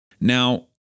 Now